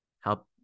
help